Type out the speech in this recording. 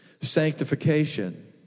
Sanctification